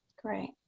great.